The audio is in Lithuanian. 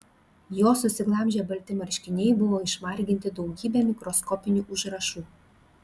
jo susiglamžę balti marškiniai buvo išmarginti daugybe mikroskopinių užrašų